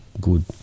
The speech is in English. Good